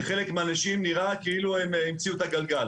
לחלק מהאנשים נראה כאילו הם המציאו את הגלגל.